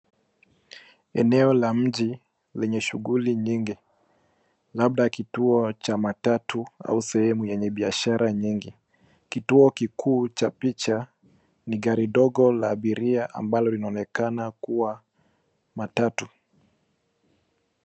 Eneo la mji lenye shughuli nyingi, Labda kituo cha matatu au sehemu yenye biashara nyingi. Kituo kikuuu cha picha ni gari dogo la abiria ambalo linanekana kuwa matatu.